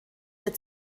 der